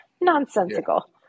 Nonsensical